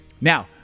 Now